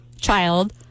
child